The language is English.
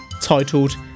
titled